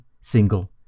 single